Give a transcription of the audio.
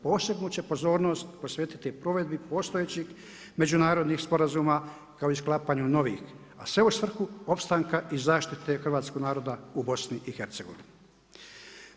Posebnu će pozornost posvetiti provedbi postojećih međunarodnih sporazuma kao i sklapanju novih a sve u svrhu opstanka i zaštite hrvatskog naroda u BiH-u.